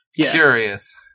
Curious